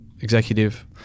executive